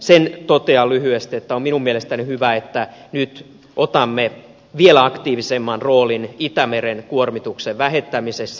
sen totean lyhyesti että minun mielestäni on hyvä että nyt otamme vielä aktiivisemman roolin itämeren kuormituksen vähentämisessä